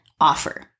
offer